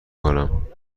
کنم